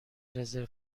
رزرو